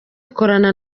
gukorana